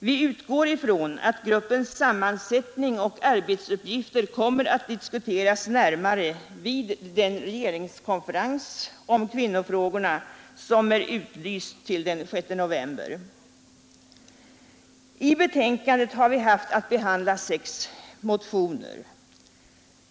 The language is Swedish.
Vi utgår från att gruppens sammansättning och arbetsuppgifter kommer att diskuteras närmare vid den regeringskonferens om kvinnofrågorna som är utlyst till den 6 november. I betänkandet har vi haft att behandla sex motioner.